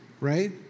right